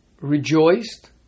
rejoiced